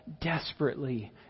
desperately